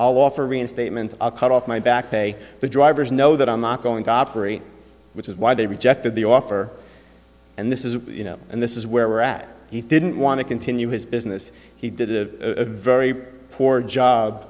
i'll offer reinstatement i'll cut off my back pay the drivers know that i'm not going to operate which is why they rejected the offer and this is and this is where we're at he didn't want to continue his business he did a very poor job